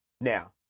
Now